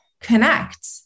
connect